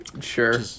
Sure